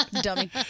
Dummy